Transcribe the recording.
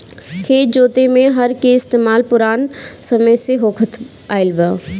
खेत जोते में हर के इस्तेमाल पुरान समय से होखत आइल बा